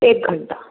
एक घंटा